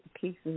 pieces